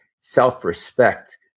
self-respect